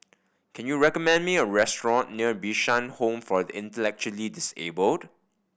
can you recommend me a restaurant near Bishan Home for the Intellectually Disabled